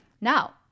now